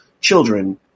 children